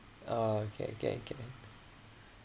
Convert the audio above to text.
oh okay okay okay